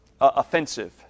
offensive